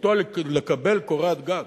זכותו לקבל קורת גג.